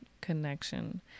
connection